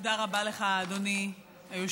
תודה רבה לך, אדוני היושב-ראש.